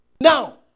Now